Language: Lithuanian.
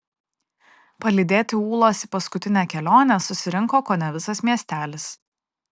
palydėti ūlos į paskutinę kelionę susirinko kone visas miestelis